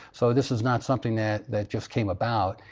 so this is not something that that just came about,